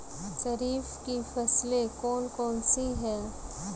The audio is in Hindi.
खरीफ की फसलें कौन कौन सी हैं?